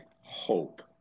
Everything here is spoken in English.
hope